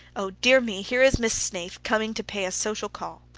oh, dear me, here is miss snaith, coming to pay a social call.